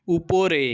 উপরে